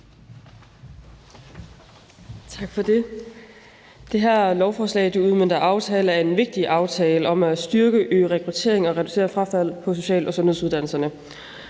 Tak for det. Det her lovforslag udmønter en vigtig aftale om at styrke og øge rekrutteringen til og reducere frafaldet på social- og sundhedsuddannelserne.